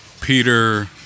Peter